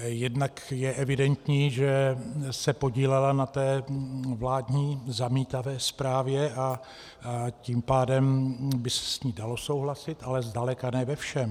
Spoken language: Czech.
Jednak je evidentní, že se podílela na té vládní zamítavé zprávě, a tím pádem by se s ní dalo souhlasit, ale zdaleka ne ve všem.